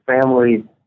family